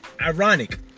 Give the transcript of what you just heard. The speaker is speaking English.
ironic